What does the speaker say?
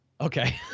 Okay